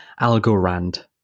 Algorand